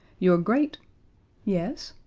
your great yes?